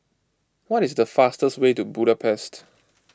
what is the fastest way to Budapest